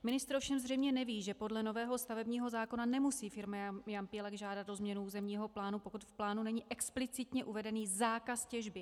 Ministr ovšem zřejmě neví, že podle nového stavebního zákona nemusí firma Jampílek žádat o změnu územního plánu, pokud v plánu není explicitně uveden zákaz těžby.